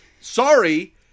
sorry